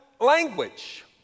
language